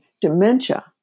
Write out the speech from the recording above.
Dementia